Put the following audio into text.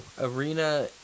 Arena